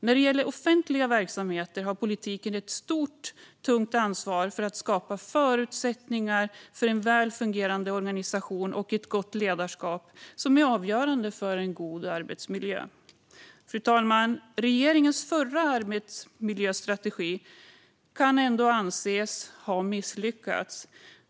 När det gäller offentliga verksamheter har politiken ett stort, tungt ansvar för att skapa förutsättningar för en väl fungerande organisation och ett gott ledarskap, som är avgörande för en god arbetsmiljö. Fru talman! Regeringens förra arbetsmiljöstrategi kan anses ha misslyckats.